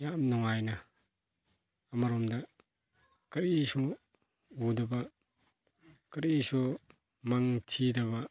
ꯌꯥꯝ ꯅꯨꯡꯉꯥꯏꯅ ꯑꯃꯔꯣꯝꯗ ꯀꯔꯤꯁꯨ ꯎꯗꯕ ꯀꯔꯤꯁꯨ ꯃꯪ ꯊꯤꯗꯕ